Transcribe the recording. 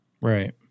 Right